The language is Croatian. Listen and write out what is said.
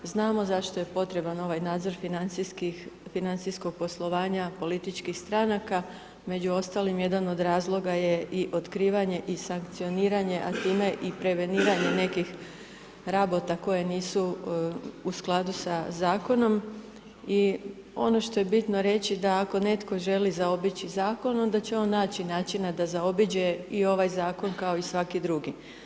Znamo zašto je potreban ovaj nadzor financijskih, financijskog poslovanja političkih stranaka, među ostalim jedan od razloga je i otkrivanje i sankcioniranje, a time i preveniranje nekih rabota koje nisu u skladu sa zakonom i ono što je bitno reći da ako netko želi zaobići zakon onda će on naći načina da zaobiđe i ovaj zakon kao i svaki drugi.